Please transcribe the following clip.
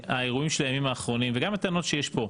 שהאירועים של הימים האחרונים וגם הטענות שיש כאן